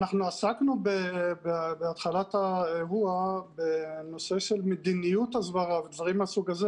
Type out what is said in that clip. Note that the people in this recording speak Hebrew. אנחנו עסקנו בהתחלת האירוע בנושא של מדיניות הסברה ודברים מהסוג הזה.